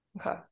Okay